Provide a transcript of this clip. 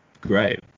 Great